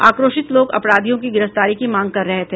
आक्रोशित लोग अपराधियों की गिरफ्तारी की मांग कर रहे थे